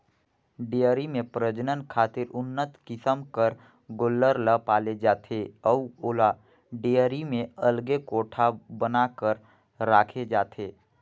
dairy में प्रजनन खातिर उन्नत किसम कर गोल्लर ल पाले जाथे अउ ओला डेयरी में अलगे कोठा बना कर राखे जाथे